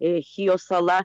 ir chijos sala